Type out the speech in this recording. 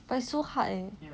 but it's so hard eh